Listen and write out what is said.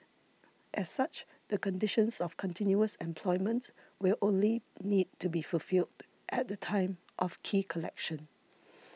as such the conditions of continuous employment will only need to be fulfilled at the time of key collection